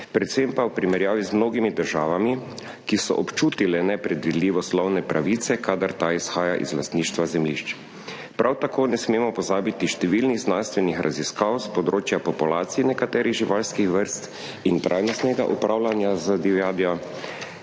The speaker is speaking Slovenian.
predvsem pa v primerjavi z mnogimi državami, ki so občutile nepredvidljivo osnovne pravice, kadar ta izhaja iz lastništva zemljišč. Prav tako ne smemo pozabiti 44. TRAK: (NB) – 13.35 (nadaljevanje) številnih znanstvenih raziskav s področja populacije nekaterih živalskih vrst in trajnostnega upravljanja z divjadjo,